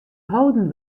hâlden